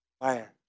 fire